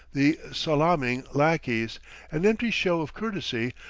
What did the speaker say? the salaaming lackeys and empty show of courtesy,